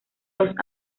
dos